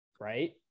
Right